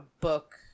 book